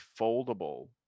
foldable